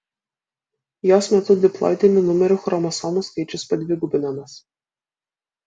jos metu diploidinių numerių chromosomų skaičius padvigubinamas